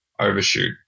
overshoot